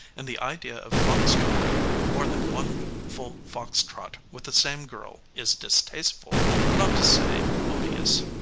and the idea of fox-trotting more than one full fox trot with the same girl is distasteful, not to say odious.